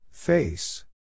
Face